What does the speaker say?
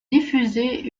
diffusée